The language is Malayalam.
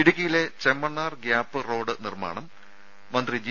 ഇടുക്കിയിലെ ചെമ്മണ്ണാർ ഗ്യാപ് റോഡ് നിർമ്മാണം മന്ത്രി ജി